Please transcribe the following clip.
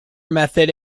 method